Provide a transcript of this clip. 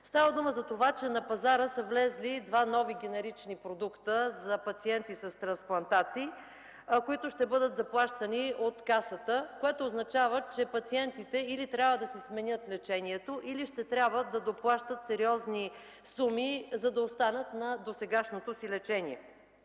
Става дума за това, че на пазара са влезли два нови генерични продукта за пациенти с трансплантации, които ще бъдат заплащани от касата. Това означава, че пациентите или трябва да си сменят лечението, или ще трябва да доплащат сериозни суми, за да останат на досегашното си лечение.